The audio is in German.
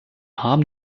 haben